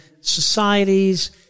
societies